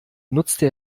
nutzte